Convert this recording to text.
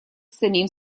самим